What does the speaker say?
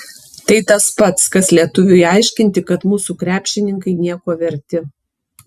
tai tas pats kas lietuviui aiškinti kad mūsų krepšininkai nieko verti